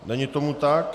Není tomu tak.